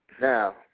Now